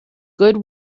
good